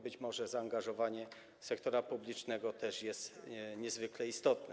Być może zaangażowanie sektora publicznego też jest niezwykle istotne.